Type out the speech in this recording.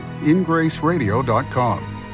ingraceradio.com